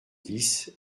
dix